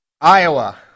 Iowa